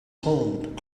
home